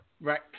Right